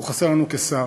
הוא חסר לנו כשר.